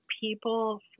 people